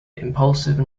impulsive